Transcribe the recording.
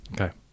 Okay